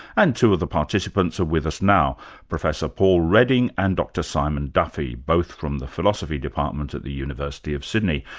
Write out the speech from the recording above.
and two of the participants are with us now professor paul redding and dr simon duffy, both from the philosophy department at the university of sydney.